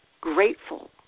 grateful